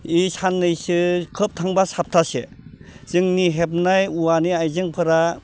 बे साननैसो खोब थांबा साप्थासे जोंनि हेबनाय औवानि आइजेंफोरा